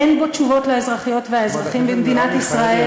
אין בו תשובות לאזרחיות והאזרחים במדינת ישראל,